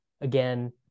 Again